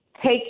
Take